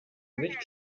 nicht